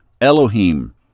Elohim